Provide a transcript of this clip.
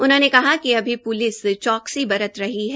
उन्होंने कहा कि अभी प्लिस चौक्सी बरत रही है